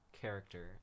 character